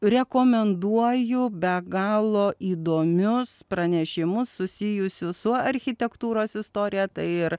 rekomenduoju be galo įdomius pranešimus susijusius su architektūros istorija tai ir